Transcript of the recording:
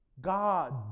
God